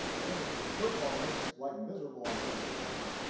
i think, um first of all, it makes life miserable on members of congress,